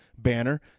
banner